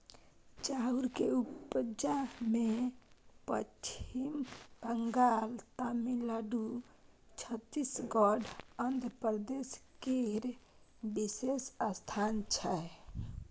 चाउर के उपजा मे पच्छिम बंगाल, तमिलनाडु, छत्तीसगढ़, आंध्र प्रदेश केर विशेष स्थान छै